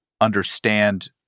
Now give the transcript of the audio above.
understand